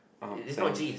arm pants